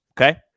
okay